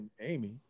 Amy